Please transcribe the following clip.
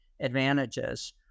advantages